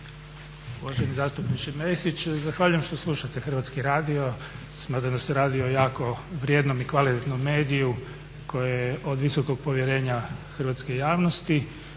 Uvaženi zastupniče Mesić, zahvaljujem što slušate Hrvatski radio. Smatram da se radi o jako vrijednom i kvalitetnom mediju koje je od visokog povjerenja hrvatske javnosti